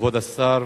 כבוד השר,